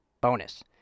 bonus